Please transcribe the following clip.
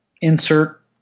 insert